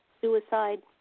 suicide